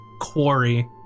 quarry